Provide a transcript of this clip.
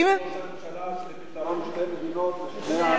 ראש הממשלה על פתרון שתי מדינות לשני העמים.